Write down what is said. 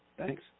Thanks